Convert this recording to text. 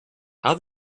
how